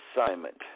assignment